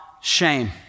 shame